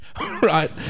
Right